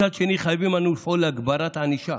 מצד שני, חייבים אנו לפעול להגברת הענישה